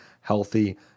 healthy